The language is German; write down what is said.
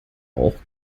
auch